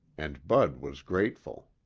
and bud was grateful.